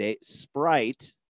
Sprite